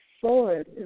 forward